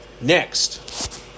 Next